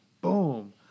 boom